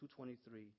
2.23